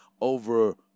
over